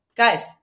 Guys